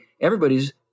everybody's